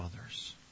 others